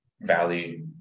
value